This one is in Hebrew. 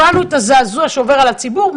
הבנו את הזעזוע שעובר על הציבור,